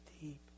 deep